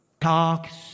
talks